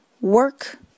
work